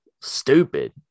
stupid